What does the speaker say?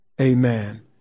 Amen